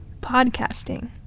Podcasting